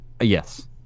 Yes